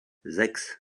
sechs